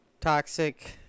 Toxic